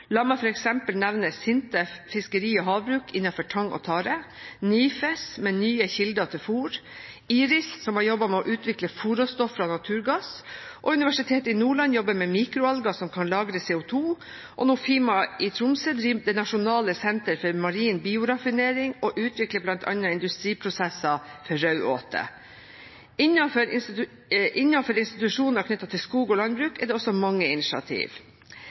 La meg f.eks. nevne SINTEF Fiskeri og havbruk innenfor tang og tare, NIFES med nye kilder til fôr, IRIS, som har jobbet med å utvikle fôr og stoff fra naturgass, Universitetet i Nordland jobber med mikroalger som kan lagre CO2, og Nofima i Tromsø driver nasjonalt senter for marin bioraffinering og utvikler bl.a. industriprosesser for raudåte. Innenfor institusjoner knyttet til skog og landbruk er det også mange initiativ.